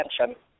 attention